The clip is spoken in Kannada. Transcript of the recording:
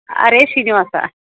ಹರೇ ಶ್ರೀನಿವಾಸ